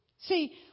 See